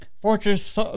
Fortress